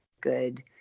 good